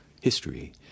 history